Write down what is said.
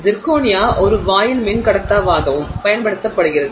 zirconia ஒரு வாயில் மின்கடத்தாவாகவும் பயன்படுத்தப்படுகிறது